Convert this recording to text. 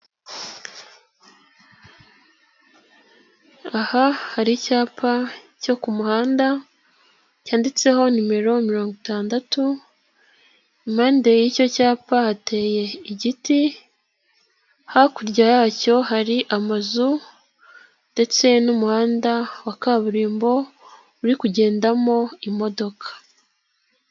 Aha hari icyapa cyo ku muhanda cyanditseho nimero mirongo itandatu, impande y'icyo cyapa hateye igiti, hakurya yacyo hari amazu ndetse n'umuhanda wa kaburimbo uri kugendamo imodoka.